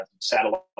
Satellite